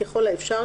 ככל האפשר,